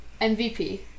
MVP